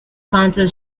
counter